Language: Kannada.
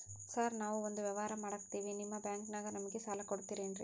ಸಾರ್ ನಾವು ಒಂದು ವ್ಯವಹಾರ ಮಾಡಕ್ತಿವಿ ನಿಮ್ಮ ಬ್ಯಾಂಕನಾಗ ನಮಿಗೆ ಸಾಲ ಕೊಡ್ತಿರೇನ್ರಿ?